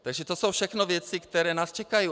Takže to jsou všechno věci, které nás čekají.